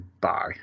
bye